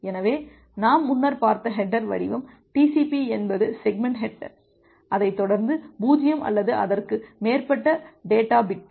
எனவே நாம் முன்னர் பார்த்த ஹேட்டர் வடிவம் TCP என்பது செக்மெண்ட் ஹேட்டர் அதைத் தொடர்ந்து 0 அல்லது அதற்கு மேற்பட்ட டேட்டா பிட்கள்